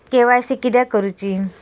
KYC किदयाक करूची?